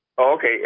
Okay